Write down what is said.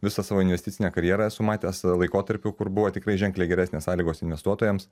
visą savo investicinę karjerą esu matęs laikotarpių kur buvo tikrai ženkliai geresnės sąlygos investuotojams